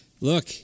look